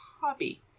hobby